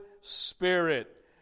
Spirit